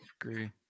agree